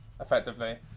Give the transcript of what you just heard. Effectively